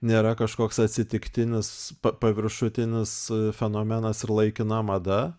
nėra kažkoks atsitiktinis pa paviršutinis fenomenas ir laikina mada